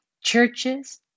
churches